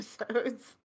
episodes